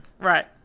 Right